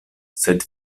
sed